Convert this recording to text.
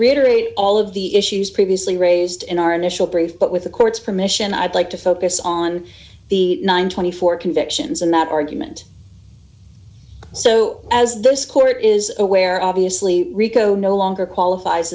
reiterate all of the issues previously raised in our initial brief but with the court's permission i'd like to focus on the nine hundred and twenty four convictions and that argument so as those court is aware obviously rico no longer qualifies